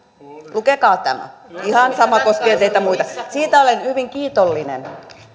lukekaa tämä ihan sama koskee teitä muita siitä olen hyvin kiitollinen